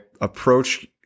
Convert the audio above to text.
approach